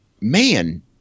man